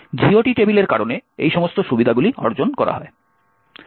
GOT টেবিলের কারণে এই সমস্ত সুবিধাগুলি অর্জন করা হয়